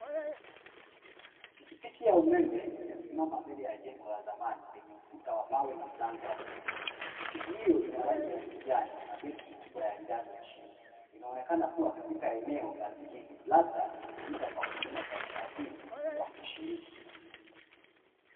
Pikipiki ya umeme iliyosimama mbele ya jengo la zamani lenye ukuta wa mawe na mlango wa bluu, pikipiki hiyo ina rangi ya kijani na betri kubwa ya njano chini inaonekana kuwa katika eneo la mjini labda ikitumika kwa huduma za usafiri wa kushiriki.